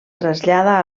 trasllada